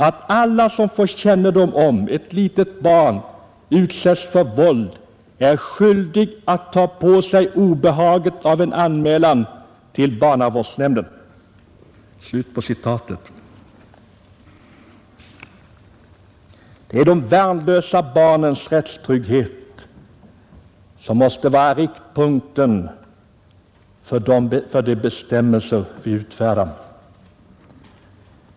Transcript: Att alla som får kännedom om att ett litet barn utsätts för våld är skyldiga att ta på sig obehaget av en anmälan till barnavårdsnämnden.” Det är de värnlösa barnens rättstrygghet som måste vara riktpunkten för de bestämmelser vi utfärdar.